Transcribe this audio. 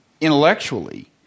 intellectually